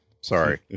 Sorry